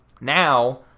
Now